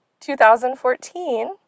2014